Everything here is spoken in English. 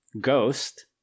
Ghost